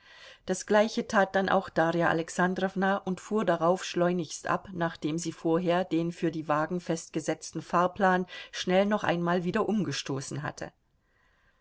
das gleiche tat dann auch darja alexandrowna und fuhr darauf schleunigst ab nachdem sie vorher den für die wagen festgesetzten fahrplan schnell noch einmal wieder umgestoßen hatte